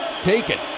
taken